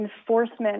enforcement